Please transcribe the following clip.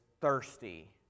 thirsty